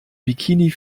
bikini